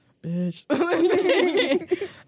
Bitch